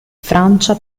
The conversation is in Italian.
francia